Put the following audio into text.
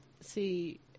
see